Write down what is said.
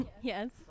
Yes